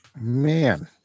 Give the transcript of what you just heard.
Man